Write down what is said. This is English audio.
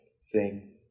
sing